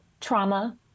trauma